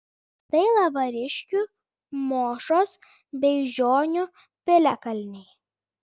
tai lavariškių mošos beižionių piliakalniai